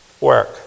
work